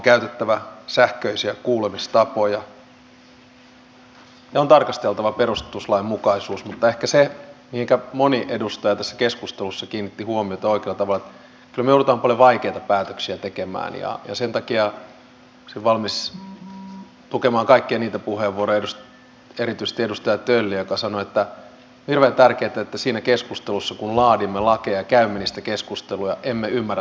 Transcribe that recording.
mutta kun tiedetään mikä on tarkasteltava perustuslainmukaisuusdä kyse eikä moni edustaja tässä tämä maailman tilanne niin ei voi koskaan sanoa että eikö kriisinhallintaan pitäisi osallistua ensi vuonna ehkä jollain äkkiarvaamattomallakin tilanteella että kaikesta huolimatta ollaan näitä puolustusvaliokunnan määrärahoja saatu pidettyä entisellään tai hieman nostettua